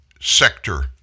sector